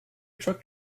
truck